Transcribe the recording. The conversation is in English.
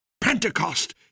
Pentecost